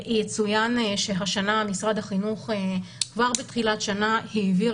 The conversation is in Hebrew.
יצוין שהשנה משרד החינוך כבר בתחילת השנה העביר